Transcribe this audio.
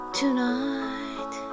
tonight